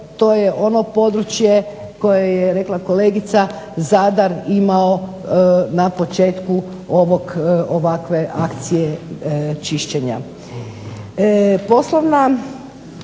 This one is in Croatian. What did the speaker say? to je ono područje koje je rekla kolegica Zadar imao na području ovakve akcije čišćenja. Poslovna